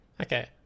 Okay